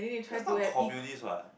that's not communist what